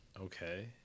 Okay